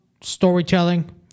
storytelling